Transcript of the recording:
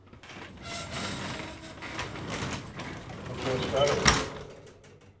hello हां जी नमस्कार